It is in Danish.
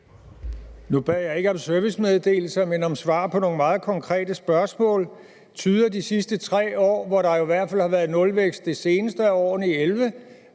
Nu bad jeg ikke om servicemeddelelser, men om svar på nogle meget konkrete spørgsmål. Tyder de sidste 3 år, hvor der i hvert fald har været nulvækst i det seneste af årene, i 2011,